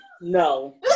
No